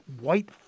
white